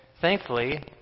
thankfully